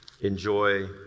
enjoy